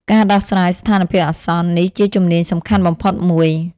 ការដោះស្រាយស្ថានភាពអាសន្ន នេះជាជំនាញសំខាន់បំផុតមួយ។